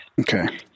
Okay